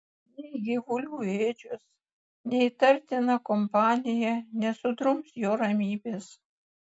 nei gyvulių ėdžios nei įtartina kompanija nesudrums jo ramybės